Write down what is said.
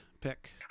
pick